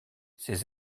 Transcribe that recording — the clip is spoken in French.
ces